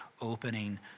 opening